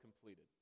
completed